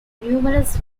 numerous